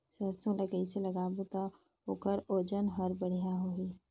सरसो ला कइसे लगाबो ता ओकर ओजन हर बेडिया होही?